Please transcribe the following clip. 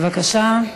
בבקשה.